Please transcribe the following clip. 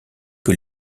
que